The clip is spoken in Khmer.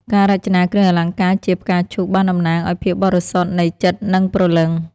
ការរចនាគ្រឿងអលង្ការជាផ្កាឈូកបានតំណាងឱ្យភាពបរិសុទ្ធនៃចិត្តនិងព្រលឹង។